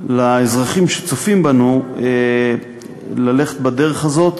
לאזרחים שצופים בנו ללכת בדרך הזאת,